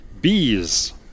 Bees